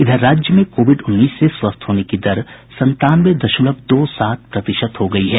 इधर राज्य में कोविड उन्नीस से स्वस्थ होने की दर संतानवे दशमलव दो सात प्रतिशत हो गयी है